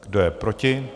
Kdo je proti?